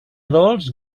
dolç